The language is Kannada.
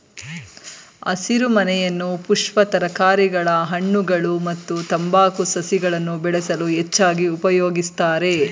ಹಸಿರುಮನೆಯನ್ನು ಪುಷ್ಪ ತರಕಾರಿಗಳ ಹಣ್ಣುಗಳು ಮತ್ತು ತಂಬಾಕು ಸಸಿಗಳನ್ನು ಬೆಳೆಸಲು ಹೆಚ್ಚಾಗಿ ಉಪಯೋಗಿಸ್ತರೆ